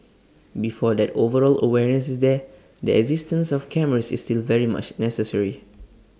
before that overall awareness is there the existence of cameras is still very much necessary